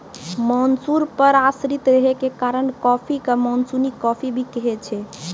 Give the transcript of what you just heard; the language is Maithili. मानसून पर आश्रित रहै के कारण कॉफी कॅ मानसूनी कॉफी भी कहै छै